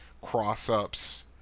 cross-ups